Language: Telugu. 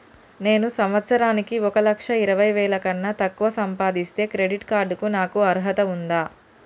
నేను సంవత్సరానికి ఒక లక్ష ఇరవై వేల కన్నా తక్కువ సంపాదిస్తే క్రెడిట్ కార్డ్ కు నాకు అర్హత ఉందా?